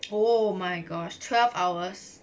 oh my gosh twelve hours